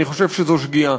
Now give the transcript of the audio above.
אני חושב שזו שגיאה.